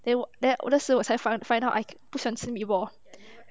then then 那时我才 find find out I 我不喜欢吃 meatball